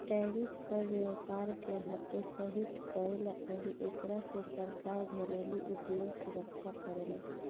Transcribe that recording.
tariff कर व्यपार के हतोत्साहित करेला अउरी एकरा से सरकार घरेलु उधोग सुरक्षा करेला